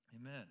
Amen